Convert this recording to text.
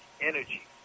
energy